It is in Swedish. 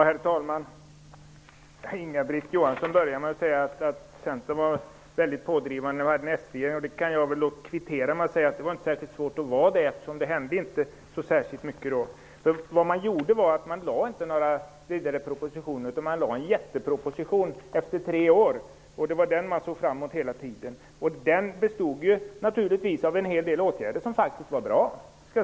Herr talman! Inga-Britt Johansson började med att säga att Centern var väldigt pådrivande när vi hade en socialdemokratisk regering. Det kan jag väl då kvittera med att säga att det var inte särskilt svårt att vara det, eftersom det inte hände så särskilt mycket då. Den socialdemokratiska regeringen lade inte fram några vidare propositioner, utan den kom med en jätteproposition efter tre år, och det var den vi hade att se fram emot hela tiden. I den propositionen föreslogs en hel del åtgärder som faktiskt var bra.